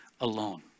alone